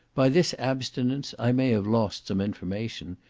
by this abstinence i may have lost some information,